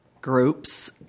groups